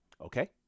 okay